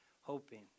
hoping